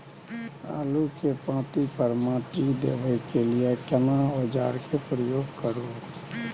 आलू के पाँति पर माटी देबै के लिए केना औजार के प्रयोग करू?